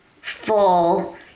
full